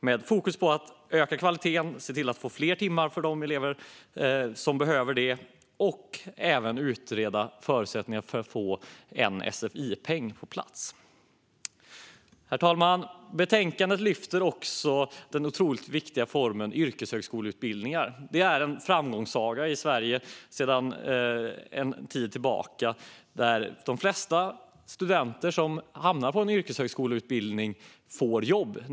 Fokus ligger på att öka kvaliteten, få fler timmar för de elever som behöver det och även utreda förutsättningarna för att få en sfi-peng på plats. Herr talman! Betänkandet lyfter också den otroligt viktiga formen yrkeshögskoleutbildningar, som är en framgångssaga i Sverige sedan en tid tillbaka. De flesta studenter som hamnar på en sådan utbildning får jobb.